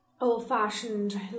old-fashioned